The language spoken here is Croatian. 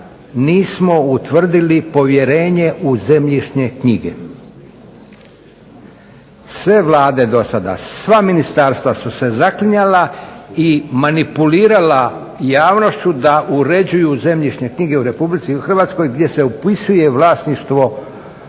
nismo utvrdili povjerenje u zemljišne knjige. Sve vlade do sada sva ministarstva su se zaklinjala i manipulirala javnošću da uređuju zemljišne knjige u RH gdje se upisuje vlasništvo